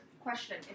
Question